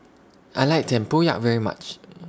I like Tempoyak very much